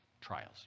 trials